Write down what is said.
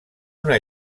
una